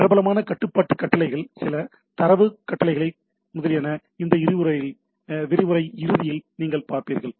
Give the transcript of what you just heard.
பிரபலமான கட்டுப்பாட்டு கட்டளைகள் சில தரவு கட்டளைகளை முதலியன இந்த விரிவுரை இறுதியில் நீங்கள் பார்ப்பீர்கள்